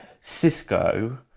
Cisco